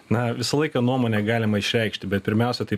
na visą laiką nuomonę galima išreikšti bet pirmiausia tai